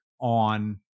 on